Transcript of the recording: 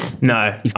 No